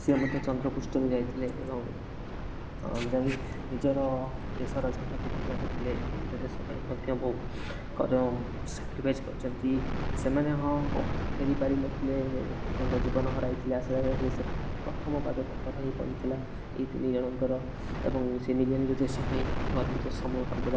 ସିଏ ମଧ୍ୟ ଚନ୍ଦ୍ରପୃଷ୍ଠରେ ଯାଇଥିଲେ ଏବଂ ଯାଇକି ନିଜର ଦେଶର ଝଣ୍ଡା ପୋତିକି ଆସିଥିଲେ ଏବଂ ନିଜ ଦେଶ ପାଇଁ ମଧ୍ୟ ବହୁଙ୍କର ସାକ୍ରିଫାଇଜ୍ କରିଛନ୍ତି ସେମାନେ ହଁ ଫେରି ପାରିନଥିଲେ ତାଙ୍କ ଜୀବନ ହରାଇ ଥିଲେ ଆସିଲାବେଳେ ହେଲେ ସେ ପ୍ରଥମ ପାଦ ତାଙ୍କର ହିଁ ପଡ଼ିଥିଲା ଏଇ ତିନି ଜଣଙ୍କର ଏବଂ ସେ ନିଜ ନିଜ ଦେଶ ପାଇଁ ଗର୍ବିତ ସର୍ବଦା